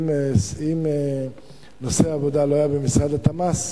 אם נושא העבודה לא היה במשרד התמ"ס